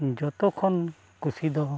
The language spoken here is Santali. ᱡᱚᱛᱚ ᱠᱷᱚᱱ ᱠᱩᱥᱤ ᱫᱚ